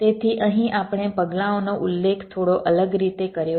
તેથી અહીં આપણે પગલાંઓનો ઉલ્લેખ થોડો અલગ રીતે કર્યો છે